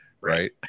right